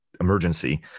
emergency